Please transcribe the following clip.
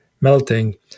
melting